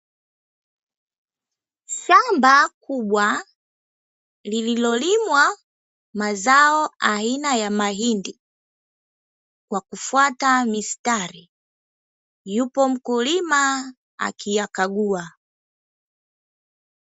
Shamba kubwa lililolimwa mazao aina ya mahindi kwa kufuata mistari, yupo mkulima akiyakagua.